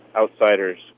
outsiders